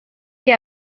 que